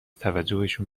توجهشون